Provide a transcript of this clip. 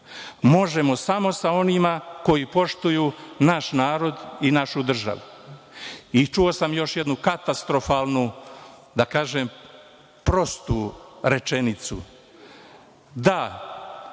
Možemo samo sa onima koji poštuju naš narod i našu državu. I, čuo sam još jednu katastrofalnu, da kažem, prostu rečenicu, a